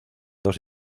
dos